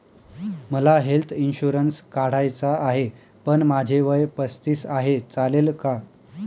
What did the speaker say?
मला health insurance काढायचा आहे पण माझे वय पस्तीस आहे, चालेल का?